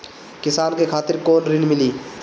किसान के खातिर कौन ऋण मिली?